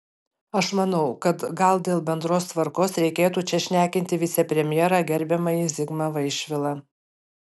aš manau kad gal dėl bendros tvarkos reikėtų čia šnekinti vicepremjerą gerbiamąjį zigmą vaišvilą